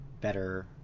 better